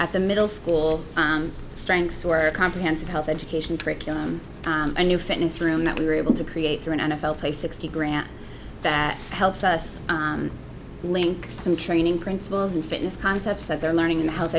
at the middle school strengths were a comprehensive health education curriculum a new fitness room that we were able to create through an n f l play sixty grant that helps us link some training principles and fitness concepts that they're learning in the health